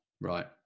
Right